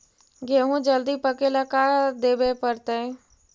गेहूं जल्दी पके ल का देबे पड़तै?